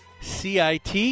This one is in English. CIT